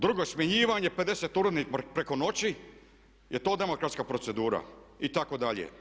Drugo smjenjivanje 50 urednika preko noći, je li to demokratska procedura itd.